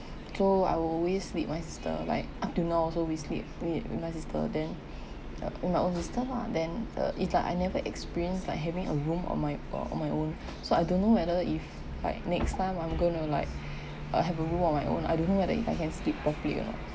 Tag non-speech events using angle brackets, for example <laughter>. so I will always sleep with my sister like up till now also we sleep with with my sister then <breath> uh with my own sister lah then uh it's like I never experience like having a room on my on my own so I don't know whether if like next time I'm going to like uh have a room on my own I don't know whether if I can sleep properly or not